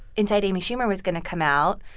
inside amy schumer was going to come out.